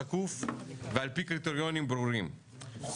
שקוף ועל פי קריטריונים ברורים.